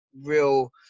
real